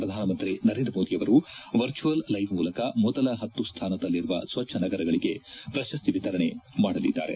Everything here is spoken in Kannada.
ಪ್ರಧಾನಮಂತ್ರಿ ನರೇಂದ್ರ ಮೋದಿಯವರು ವರ್ಚುವಲ್ ಲೈವ್ ಮೂಲಕ ಮೊದಲ ಹತ್ತು ಸ್ಥಾನದಲ್ಲಿರುವ ಸ್ವಚ್ಚ ನಗರಗಳಿಗೆ ಪ್ರಶಸ್ತಿ ವಿತರಣೆ ಮಾಡಲಿದ್ದಾರೆ